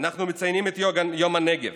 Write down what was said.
אנחנו מציינים את יום הנגב,